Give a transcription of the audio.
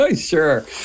Sure